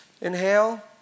Inhale